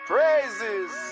Praises